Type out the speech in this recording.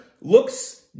looks